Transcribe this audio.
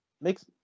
makes